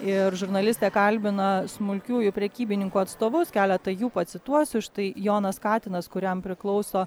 ir žurnalistė kalbina smulkiųjų prekybininkų atstovus keletą jų pacituosiu štai jonas katinas kuriam priklauso